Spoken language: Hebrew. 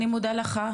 אני מודה לך.